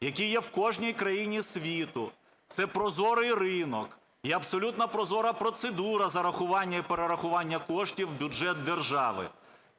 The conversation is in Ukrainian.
які є в кожній країні світу. Це прозорий ринок і абсолютно прозора процедура зарахування і перерахування коштів в бюджет держави.